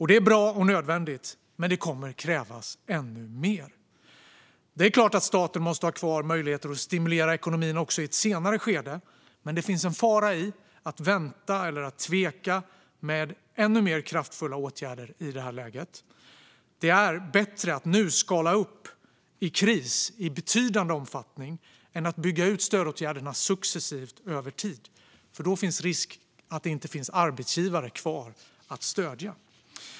Det är bra och nödvändigt, men det kommer att krävas ännu mer. Det är klart att staten måste ha kvar möjligheter att stimulera ekonomin också i ett senare skede, men det finns en fara i att vänta med eller tveka om ännu mer kraftfulla åtgärder i detta läge. Det är bättre att nu i kris skala upp i betydande omfattning än att bygga ut stödåtgärderna successivt över tid, för då finns risk att det inte finns arbetsgivare kvar att stödja.